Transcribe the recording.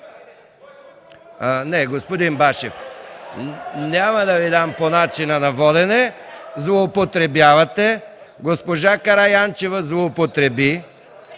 Господин Башев, няма да Ви дам процедура по начина на водене. Злоупотребявате. Госпожа Караянчева злоупотреби.